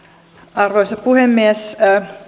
arvoisa puhemies